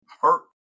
hurt